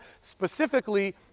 specifically